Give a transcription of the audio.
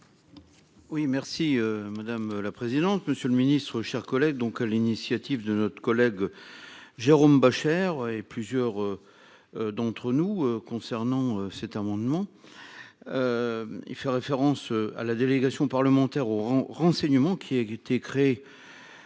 Oui merci madame la présidente, monsieur le ministre, chers collègues. Donc l'initiative de notre collègue. Jérôme Bascher. Et plusieurs. D'entre nous concernant cet amendement. Il fait référence à la délégation parlementaire au rang renseignements qui est, qui